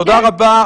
תודה רבה.